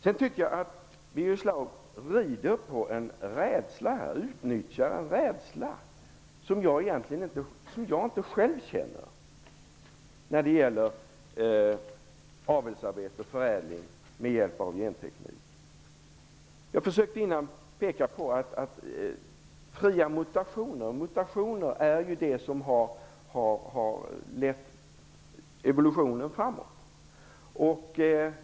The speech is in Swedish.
Jag tycker att Birger Schlaug rider på, och utnyttjar, en rädsla som jag själv inte känner för avelsarbete och förädling med hjälp av genteknik. Jag försökte tidigare peka på att fria mutationer är det som har lett evolutionen framåt.